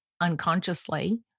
unconsciously